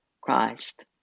Christ